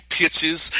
pitches